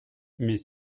mais